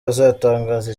azatangaza